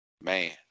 man